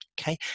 okay